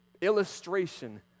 illustration